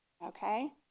Okay